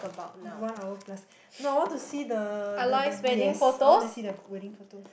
one hour plus no I want to see the the the yes I want to see the wedding photos